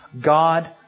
God